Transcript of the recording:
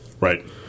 Right